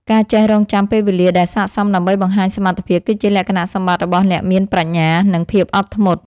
ការចេះរង់ចាំពេលវេលាដែលសាកសមដើម្បីបង្ហាញសមត្ថភាពគឺជាលក្ខណៈសម្បត្តិរបស់អ្នកមានប្រាជ្ញា និង ភាពអត់ធ្មត់។